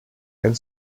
and